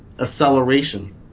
acceleration